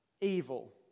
evil